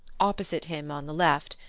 opposite him on the left,